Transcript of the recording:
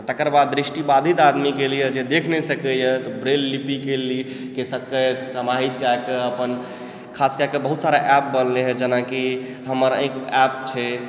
तकर बाद दृष्टि बाधित आदमीके लिए जे देख नइ सकै यऽ तऽ ब्रेल लिपिके लिए केसक समाहिक कैकऽ अपन खास कएकऽ बहुत सारा एप बनलय हँ जेना कि हमर एक एप छै